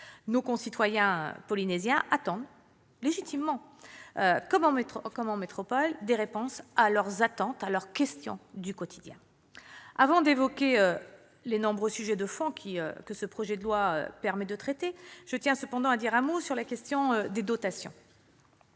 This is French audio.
Nos concitoyens polynésiens demandent légitimement, comme en métropole, des réponses à leurs attentes du quotidien. Avant d'évoquer les nombreux sujets de fond que ce projet de loi permet de traiter, je tiens à dire un mot de la question des dotations.